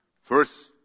First